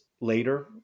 later